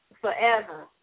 forever